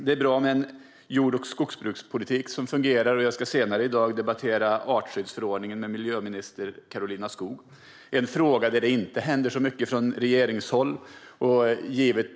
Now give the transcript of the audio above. Det är bra med en jord och skogsbrukspolitik som fungerar. Jag ska senare i dag debattera artskyddsförordningen med miljöminister Karolina Skog - en fråga där det inte händer så mycket från regeringshåll.